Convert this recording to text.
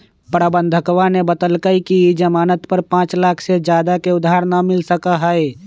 प्रबंधकवा ने बतल कई कि ई ज़ामानत पर पाँच लाख से ज्यादा के उधार ना मिल सका हई